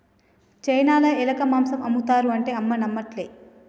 చైనాల ఎలక మాంసం ఆమ్ముతారు అంటే అమ్మ నమ్మట్లే